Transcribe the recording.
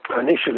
initially